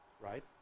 right